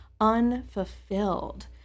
unfulfilled